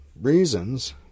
reasons